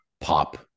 pop